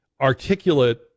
articulate